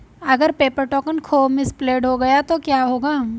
अगर paper token खो misplaced गया तो क्या होगा?